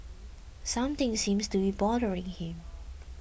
something seems to be bothering him